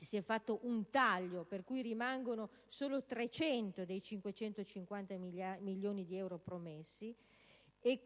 sono stati tagliati, per cui rimangono solo 300 dei 550 milioni di euro promessi, e